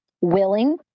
willing